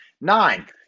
Nine